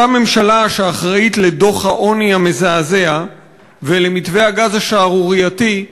אותה ממשלה שאחראית לדוח העוני המזעזע ולמתווה הגז השערורייתי,